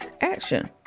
action